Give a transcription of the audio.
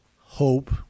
hope